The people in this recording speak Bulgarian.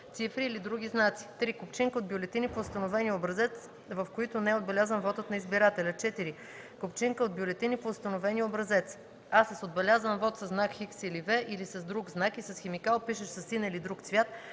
цифри или други знаци; 3. купчинка от бюлетини по установения образец, в които не е отбелязан вотът на избирателя; 4. купчинка от бюлетини по установения образец: а) с отбелязан вот със знак „Х” или „V” или с друг знак и с химикал, пишещ със син или друг цвят,